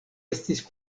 estis